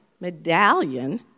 medallion